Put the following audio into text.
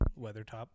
Weathertop